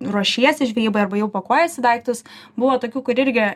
ruošiesi žvejybai arba jau pakuojiesi daiktus buvo tokių kur irgi